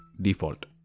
default